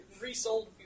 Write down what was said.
Resold